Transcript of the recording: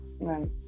Right